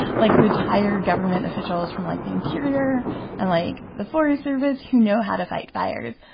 like, retired government officials from, like, the interior and, like, the forest service who know how to fight fires.